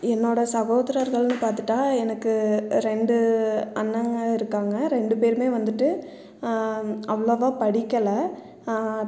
என்னோடய சகோதரர்கள்னு பார்த்துட்டா எனக்கு ரெண்டு அண்ணங்க இருக்காங்க ரெண்டு பேருமே வந்துட்டு அவ்ளவாக படிக்கலை